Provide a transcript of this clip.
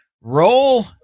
roll